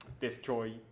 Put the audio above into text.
destroy